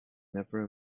never